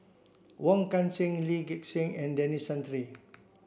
Wong Kan Seng Lee Gek Seng and Denis Santry